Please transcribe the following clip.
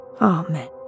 Amen